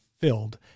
filled